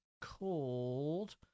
called